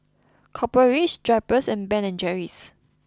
Copper Ridge Drypers and Ben and Jerry's